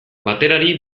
baterari